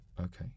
Okay